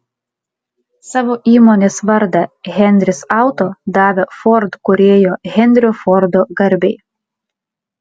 savo įmonės vardą henris auto davė ford kūrėjo henrio fordo garbei